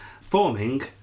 Forming